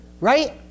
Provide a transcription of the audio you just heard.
right